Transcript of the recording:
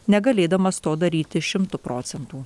negalėdamas to daryti šimtu procentų